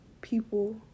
people